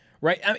Right